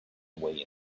way